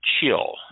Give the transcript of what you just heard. chill